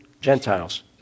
Gentiles